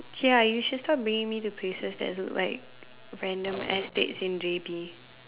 ya you should stop bringing me to places that's like random estates in J_B